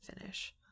finish